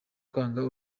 kwanga